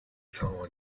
town